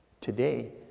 today